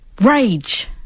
rage